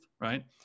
right